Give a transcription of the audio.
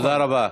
תודה רבה.